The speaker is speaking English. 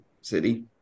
city